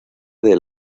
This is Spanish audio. del